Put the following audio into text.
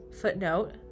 footnote